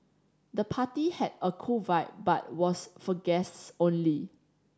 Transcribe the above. the party had a cool vibe but was for guests only